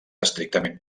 estrictament